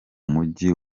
mujyi